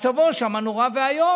מצבו שם נורא ואיום,